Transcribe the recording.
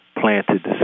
planted